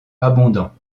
abondants